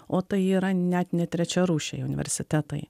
o tai yra net ne trečiarūšiai universitetai